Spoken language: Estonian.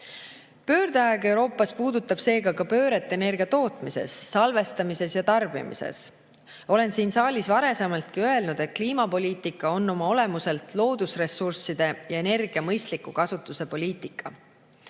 Pöördeaeg Euroopas puudutab seega ka pööret energia tootmises, salvestamises ja tarbimises. Olen siin saalis varasemaltki öelnud, et kliimapoliitika on oma olemuselt loodusressursside ja energia mõistliku kasutuse poliitika. Tänane